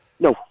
No